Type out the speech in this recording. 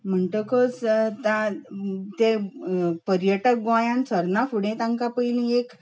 म्हणटकच ता ते पर्यटक गोंयांत सरना फुडें तांकां पयलीं एक